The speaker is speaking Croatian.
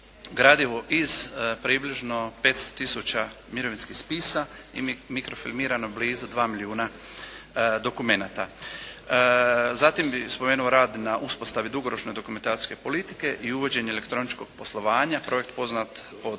gradivo iz približno 500 tisuća mirovinskih spisa i mikrofilmirano blizu 2 milijuna dokumenata. Zatim bi spomenuo rad na uspostavi dugoročne dokumentacijske politike i uvođenje elektroničkog poslovanja, projekt poznat pod